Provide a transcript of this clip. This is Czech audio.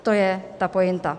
To je ta pointa.